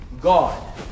God